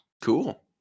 Cool